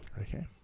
Okay